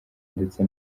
ndetse